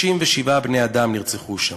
67 בני-אדם נרצחו שם.